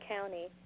county